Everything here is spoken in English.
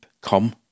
come